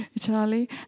Charlie